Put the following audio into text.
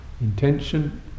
intention